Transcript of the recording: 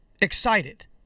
Excited